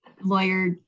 lawyer